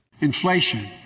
Inflation